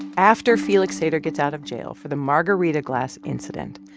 after felix sater gets out of jail for the margarita glass incident,